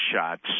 shots